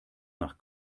nach